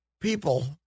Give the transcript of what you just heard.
people